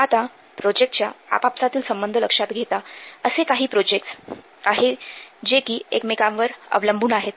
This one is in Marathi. तर आता प्रोजेक्टसच्या आपआपसांतील संबंध लक्षात घेता असे काही प्रोजेक्टस आहे जे कि एकमेकांवर अवलंबून आहेत